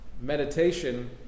meditation